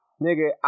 nigga